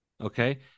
okay